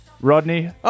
Rodney